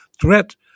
threat